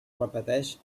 repeteix